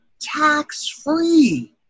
tax-free